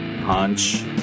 Hunch